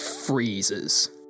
freezes